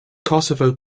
kosovo